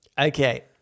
Okay